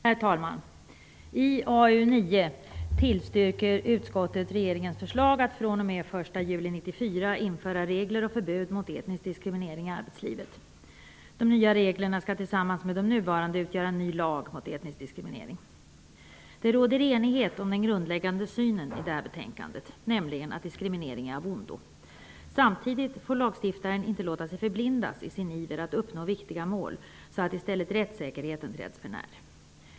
Herr talman! I arbetsmarknadsutskottets betänkande nr 9 tillstyrker utskottet regeringens förslag att med verkan fr.o.m. den 1 juli 1994 införa regler och förbud mot etnisk diskriminering i arbetslivet. De nya reglerna skall tillsammans med de nuvarande utgöra en ny lag mot etnisk diskriminering. Det råder enighet om den grundläggande synen i detta betänkande, nämligen att diskriminering är av ondo. Samtidigt får lagstiftaren inte låta sig förblindas i sin iver att uppnå viktiga mål, så att i stället rättssäkerheten träds för när.